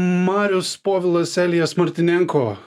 marius povilas elijas martinenko